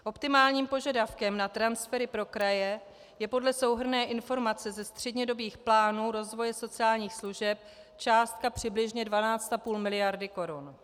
Optimálním požadavkem na transfery pro kraje je podle souhrnné informace ze střednědobých plánů rozvoje sociálních služeb částka přibližně 12,5 miliardy korun.